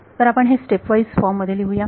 तर आपण हे स्टेप वाईस फॉर्म मध्ये लिहूया